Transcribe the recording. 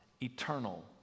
eternal